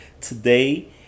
Today